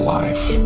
life